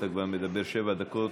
אתה כבר מדבר שבע דקות.